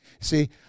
See